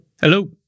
Hello